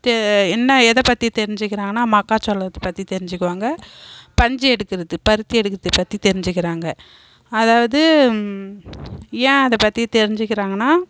என்ன எதைப்பத்தி தெரிஞ்சுக்குறாங்கனா மக்காச்சோளத்தை பற்றி தெரிஞ்சுக்குவாங்க பஞ்சு எடுக்கிறது பருத்தி எடுக்கிறத பற்றி தெரிஞ்சுக்குறாங்க அதாவது ஏன் அதைப்பத்தி தெரிஞ்சுக்குறாங்கனா